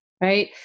right